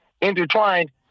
intertwined